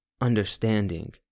understanding